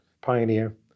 Pioneer